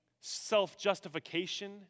Self-justification